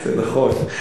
זה נכון.